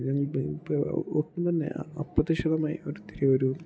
ഞങ്ങള്ക്ക് ഒട്ടും തന്നെ അപ്രതീക്ഷിതമായി ഒരുത്തിരിയൊരു